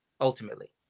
Ultimately